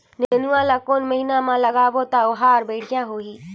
नेनुआ ला कोन महीना मा लगाबो ता ओहार बेडिया होही?